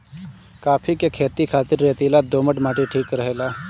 काफी के खेती खातिर रेतीला दोमट माटी ठीक रहेला